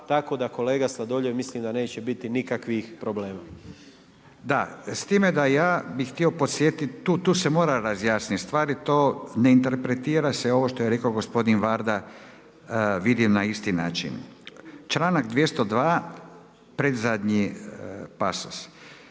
tako da kolega Sladoljev mislim da neće biti nikakvih problema. **Radin, Furio (Nezavisni)** Da, s time da ja bih htio podsjetiti, tu se mora razjasniti stvari. T ne interpretira se ovo što je rekao gospodin Varda vidi na isti način. Članak 202. predzadnji pasos: